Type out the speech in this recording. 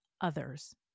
others